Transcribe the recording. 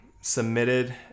submitted